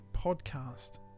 podcast